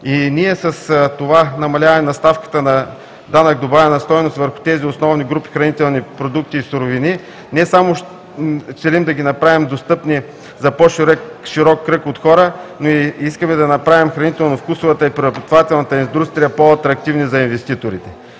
С това намаляване на ставката на данък добавена стойност върху тези основни групи хранителни продукти и суровини ние целим не само да ги направим достъпни за по-широк кръг от хора, но и искаме да направим хранително-вкусовата и преработвателната индустрия по-атрактивни за инвеститорите.